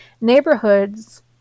neighborhoods